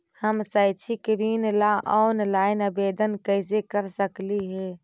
हम शैक्षिक ऋण ला ऑनलाइन आवेदन कैसे कर सकली हे?